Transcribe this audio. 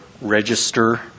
register